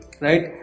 right